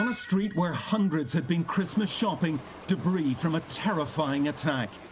and street where hundreds had been christmas shopping debris from a terrifying attack.